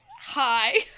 Hi